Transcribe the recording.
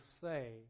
say